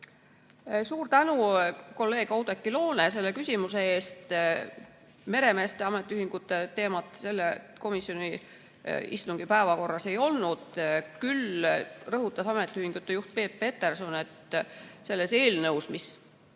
Suur tänu, kolleeg Oudekki Loone, selle küsimuse eest! Meremeeste ametiühingute teemat selle komisjoni istungi päevakorras ei olnud. Küll rõhutas ametiühingute juht Peep Peterson, et selles eelnõus, mis